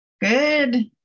good